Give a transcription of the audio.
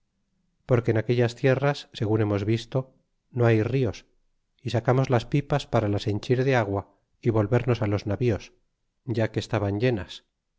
porque en aquellas tierras segun hemos visto no hay rios y sacamos las pipas para las henchir de agua y volvernos á los navíos ya que estaban llenas